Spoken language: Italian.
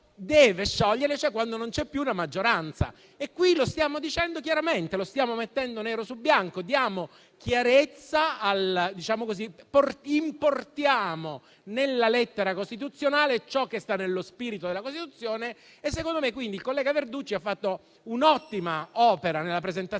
deve sciogliere, cioè quando non c'è più la maggioranza. Qui lo stiamo dicendo chiaramente, lo stiamo mettendo nero su bianco: diamo chiarezza e importiamo nella lettera costituzionale ciò che sta nello spirito della Costituzione e secondo me, quindi, il collega Verducci ha fatto un'ottima opera nella presentazione